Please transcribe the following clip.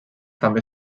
també